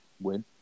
win